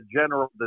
general